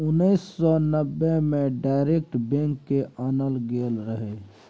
उन्नैस सय नब्बे मे डायरेक्ट बैंक केँ आनल गेल रहय